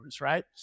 right